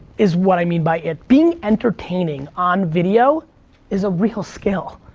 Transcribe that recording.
is what i mean by it. being entertaining on video is a real skill.